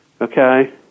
okay